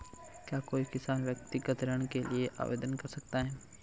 क्या कोई किसान व्यक्तिगत ऋण के लिए आवेदन कर सकता है?